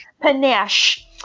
panache